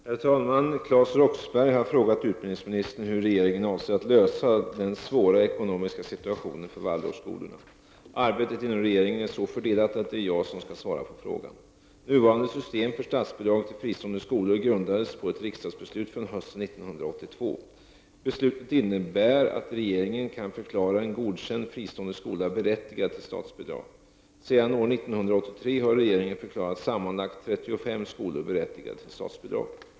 Herr talman! Claes Roxbergh har frågat utbildningsministern hur regeringen avser att lösa den svåra ekonomiska situationen för Waldorfskolorna. Arbetet inom regeringen är så fördelat att det är jag som skall svara på frågan. Nuvarande system för statsbidrag till fristående skolor grundas på ett riksdagsbeslut från hösten 1982. Beslutet innebär att regeringen kan förklara en godkänd fristående skola berättigad till statsbidrag. Sedan år 1983 har regeringen förklarat sammanlagt 35 skolor berättigade till statsbidrag.